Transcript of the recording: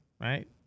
right